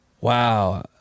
Wow